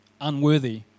unworthy